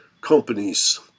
companies